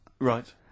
Right